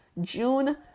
June